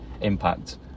impact